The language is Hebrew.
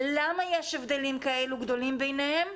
למה יש הבדלים כאלה גדולים ביניהם,